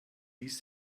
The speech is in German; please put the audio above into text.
ließ